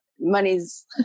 money's